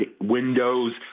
windows